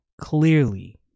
clearly